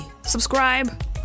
Subscribe